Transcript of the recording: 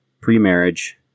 pre-marriage